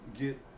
get